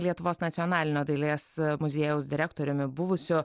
lietuvos nacionalinio dailės muziejaus direktoriumi buvusiu